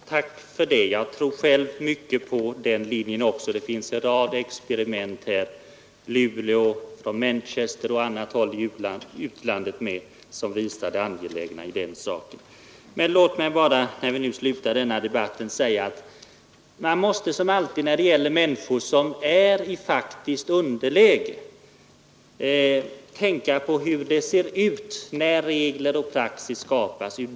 Herr talman! Tack för det, herr socialminister! Jag tror också mycket på den linjen. Det har gjorts en rad försök både t.ex. av Clarence Crafoord i Luleå och i Manchester samt på andra håll i utlandet — som visar det angelägna i en psykologi som bygger mer på gruppsamtal, öppen vård, familjeinriktning osv. Låt mig innan vi slutar denna debatt bara säga: Man måste alltid när det gäller människor som är i faktiskt underläge tänka på hur det ser ut ur deras synpunkt när regler och praxis skapas.